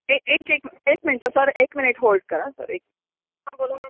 एक एक एक एक मिनटं सर एक मिनिट होल्ड करा सर एक ह बोला मॅम